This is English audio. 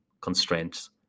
constraints